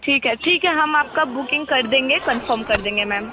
ठीक है ठीक है हम आपका बुकिंग कर देंगे कन्फर्म कर देंगे मैम